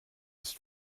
ist